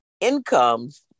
incomes